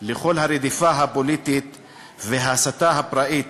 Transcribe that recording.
לכל הרדיפה הפוליטית וההסתה הפראית